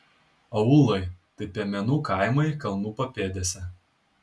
aūlai tai piemenų kaimai kalnų papėdėse